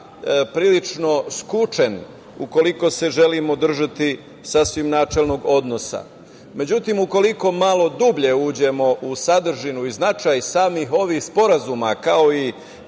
prilično skučen, ukoliko se želimo držati sasvim načelnog odnosa. Međutim, ukoliko malo dublje uđemo u sadržinu i značaj samih ovih sporazuma, kao i